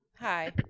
Hi